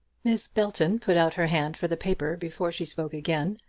miss belton put out her hand for the paper before she spoke again,